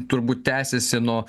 turbūt tęsiasi nuo